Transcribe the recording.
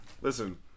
Listen